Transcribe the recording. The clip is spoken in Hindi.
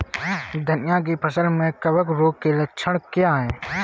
धनिया की फसल में कवक रोग के लक्षण क्या है?